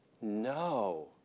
no